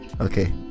okay